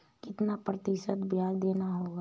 कितना प्रतिशत ब्याज देना होगा?